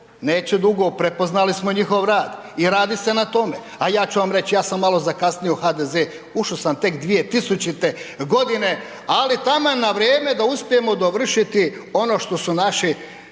neće dugo prepoznali smo njihov rad i radi se na tome. A ja ću vam reći ja sam malo zakasnio u HDZ, ušo sam tek 2000. godine, ali taman na vrijeme da uspijemo dovršiti ono što su naši